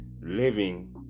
living